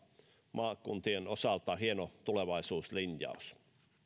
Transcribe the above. maakuntien osalta hieno tulevaisuuslinjaus